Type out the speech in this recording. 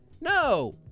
No